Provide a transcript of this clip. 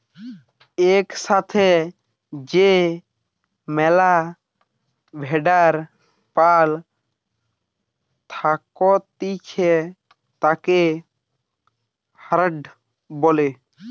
এক সাথে যে ম্যালা ভেড়ার পাল থাকতিছে তাকে হার্ড বলে